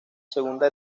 segunda